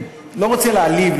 אני לא רוצה להעליב,